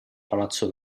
palazzo